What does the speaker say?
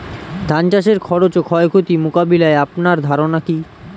ধান চাষের খরচ ও ক্ষয়ক্ষতি মোকাবিলায় আপনার ধারণা কী?